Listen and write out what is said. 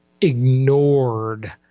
ignored